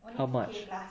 how much